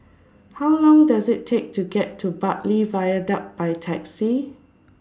How Long Does IT Take to get to Bartley Viaduct By Taxi